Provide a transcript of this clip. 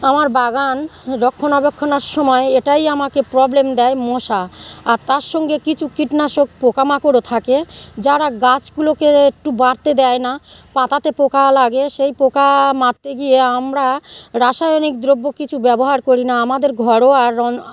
আমার বাগান রক্ষণাবেক্ষণের সময় এটাই আমাকে প্রবলেম দেয় মশা আর তার সঙ্গে কিছু কীটনাশক পোকামাকড়ও থাকে যারা গাছগুলোকে একটু বাড়তে দেয় না পাতাতে পোকা লাগে সেই পোকা মারতে গিয়ে আমরা রাসায়নিক দ্রব্য কিছু ব্যবহার করি না আমাদের ঘরোয়া রন